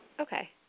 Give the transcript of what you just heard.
Okay